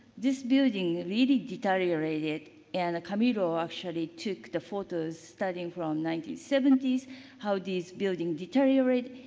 this building really deteriorated, and camilo actually took the photos starting from nineteen seventy s how these building deteriorate.